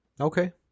Okay